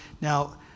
Now